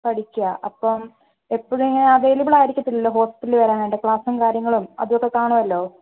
പഠിക്കുകയാണ് അപ്പം എപ്പഴും ഇങ്ങനെ അവൈലബിൾ ആയിരിക്കത്തില്ലല്ലോ ഹോസ്പിറ്റലിൽ വരാനായിട്ട് ക്ലാസും കാര്യങ്ങളും അതും ഒക്കെ കാണുമല്ലോ